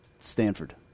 Stanford